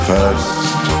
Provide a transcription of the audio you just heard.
First